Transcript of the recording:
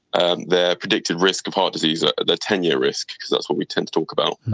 and their predicted risk of heart disease, ah their ten year risk, because that's what we tend to talk about,